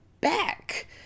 back